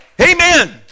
amen